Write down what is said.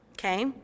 Okay